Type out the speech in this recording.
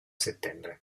settembre